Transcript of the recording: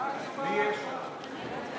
עשר דקות לרשותך, בבקשה, שלוש דקות, סליחה.